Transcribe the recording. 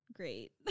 Great